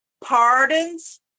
Pardons